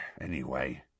Anyway